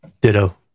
Ditto